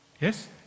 yes